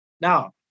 Now